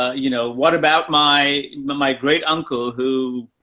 you know, what about my, my great uncle who,